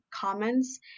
comments